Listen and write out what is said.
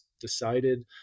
decided